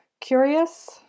Curious